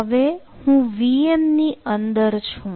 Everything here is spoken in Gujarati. હવે હું VM ની અંદર છું